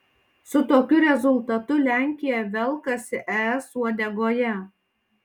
su tokiu rezultatu lenkija velkasi es uodegoje